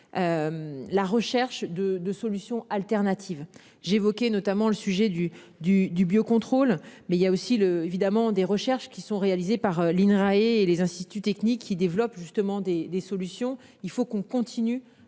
La recherche de de solutions alternatives j'évoquais notamment le sujet du du du biocontrôle mais il y a aussi le évidemment des recherches qui sont réalisées par l'INRA et et les instituts techniques qui développe justement des des solutions, il faut qu'on continue